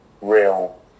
real